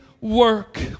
work